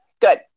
Good